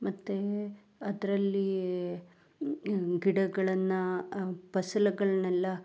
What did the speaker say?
ಮತ್ತು ಅದ್ರಲ್ಲಿ ಗಿಡಗಳನ್ನು ಫಸಲುಗಳನ್ನೆಲ್ಲ